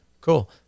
cool